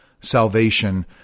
salvation